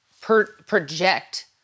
project